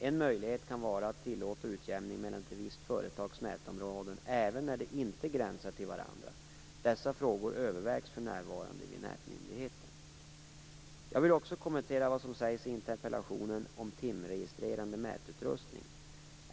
En möjlighet kan vara att tillåta utjämning mellan ett visst företags nätområden även när de inte gränsar till varandra. Dessa frågor övervägs för närvarande vid nätmyndigheten. Jag vill också kommentera vad som sägs i interpellationen om timregistrerande mätutrustning.